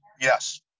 Yes